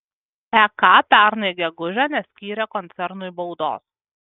ek pernai gegužę neskyrė koncernui baudos